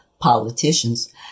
politicians